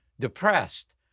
depressed